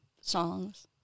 songs